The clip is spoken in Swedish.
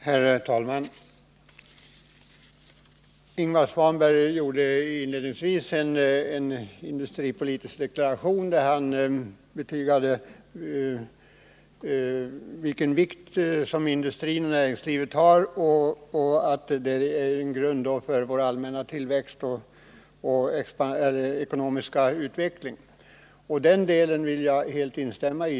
Herr talman! Ingvar Svanberg gjorde inledningsvis en industripolitisk deklaration, där han betygade vilken vikt industrin och näringslivet har, att de utgör en grund för allmän tillväxt och ekonomisk utveckling. Den delen vill jag helt instämma i.